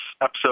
episode